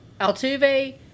Altuve